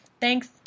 thanks